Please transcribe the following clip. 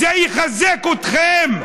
זה יחזק אתכם.